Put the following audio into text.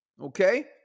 okay